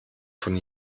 von